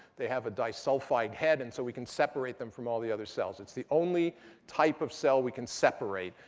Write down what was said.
they have a disulfide head and so we can separate them from all the other cells. it's the only type of cell we can separate.